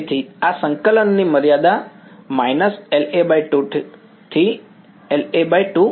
તેથી આ સંકલન ની મર્યાદા − LA2 થી LA2 હશે